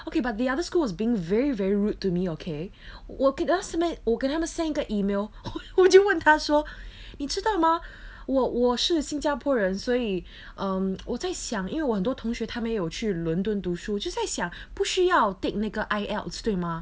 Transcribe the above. okay but the other school was being very very rude to me okay 我给他我给他们 send 一个 email 我就问他说你知道吗我我是新加坡人所以 um 我在想因为我很多同学他们又去伦敦读书就在想不需要 take 那个 ielts 对吗